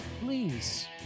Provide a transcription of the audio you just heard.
Please